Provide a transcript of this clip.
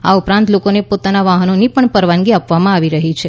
આ ઉપરાંત લોકો પોતાના વાહનોને પણ પરવાનગી આપવામાં આવી રહી છે